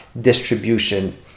distribution